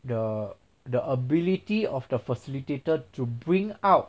the the ability of the facilitator to bring out